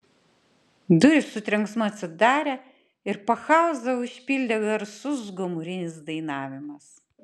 durys su trenksmu atsidarė ir pakhauzą užpildė garsus gomurinis dainavimas